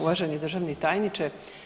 Uvaženi državni tajniče.